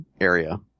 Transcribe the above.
area